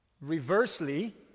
reversely